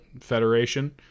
Federation